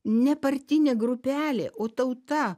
nepartinė grupelė o tauta